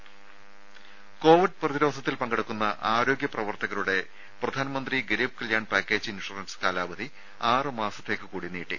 രേര കോവിഡ് പ്രതിരോധത്തിൽ പങ്കെടുക്കുന്ന ആരോഗ്യ പ്രവർത്തകരുടെ പ്രധാൻമന്ത്രി ഗരീബ് കല്യാൺ പാക്കേജ് ഇൻഷുറൻസ് കാലാവധി ആറു മാസത്തേക്കു കൂടി നീട്ടി